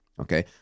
okay